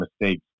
mistakes